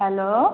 hello